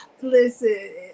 listen